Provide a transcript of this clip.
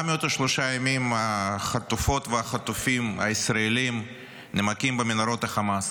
403 ימים החטופות והחטופים הישראלים נמקים במנהרות החמאס.